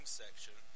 section